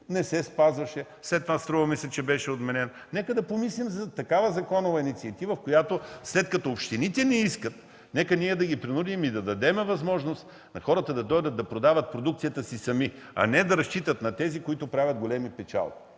не се спазваше, след това струва ми се, че беше отменен. Нека да помислим за такава законова инициатива, в която, след като общините не искат, ние да ги принудим и да дадем възможност на хората да дойдат да продават продукцията си сами, а не да разчитат на тези, които правят големи печалби